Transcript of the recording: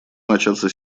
начаться